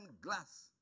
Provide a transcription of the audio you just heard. glass